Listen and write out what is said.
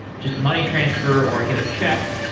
just a money transfer, or i get a check.